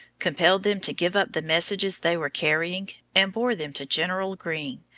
compelled them to give up the messages they were carrying, and bore them to general greene,